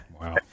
wow